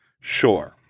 sure